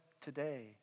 today